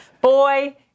Boy